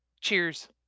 Cheers